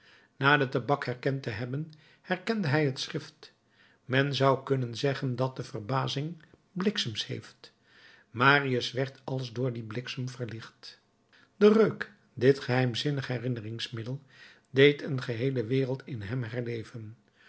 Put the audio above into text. na den tabak herkend te hebben herkende hij het schrift men zou kunnen zeggen dat de verbazing bliksems heeft marius werd als door een dier bliksems verlicht de reuk dit geheimzinnig herinneringsmiddel deed een geheele wereld in hem herleven